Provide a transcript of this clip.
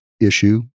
issue